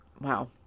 Wow